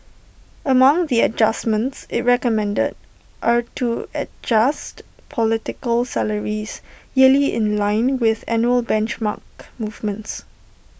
among the adjustments IT recommended are to adjust political salaries yearly in line with annual benchmark movements